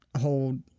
hold